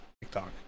TikTok